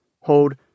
hold